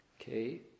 Okay